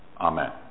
Amen